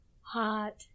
Hot